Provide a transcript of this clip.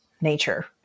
nature